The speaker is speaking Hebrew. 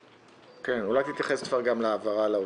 2019. אולי תתייחס כבר גם להעברה לאוצר?